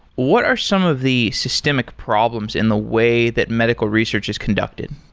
what are some of the systemic problems in the way that medical research is conducted?